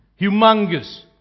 humongous